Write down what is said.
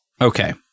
Okay